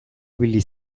ibili